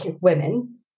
women